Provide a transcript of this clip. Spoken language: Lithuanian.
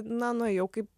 na nuėjau kaip